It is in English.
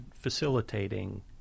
facilitating